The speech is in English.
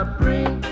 bring